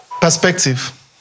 Perspective